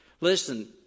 Listen